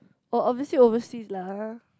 oh obviously overseas lah har